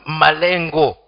malengo